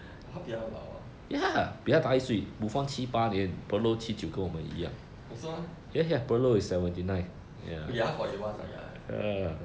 他比他老 eh also one ya forty one ya ya